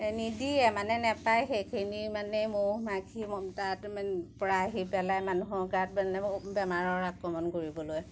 নিদিয়ে মানে নেপায় সেইখিনি মানে মহ মাখি তাত মানে পৰা আহি পেলাই মানুহৰ গাত মানে বেমাৰৰ আক্ৰমণ কৰিবলৈ